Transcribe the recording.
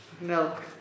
milk